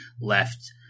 left